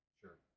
sure